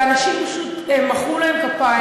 והאנשים פשוט מחאו להם כפיים.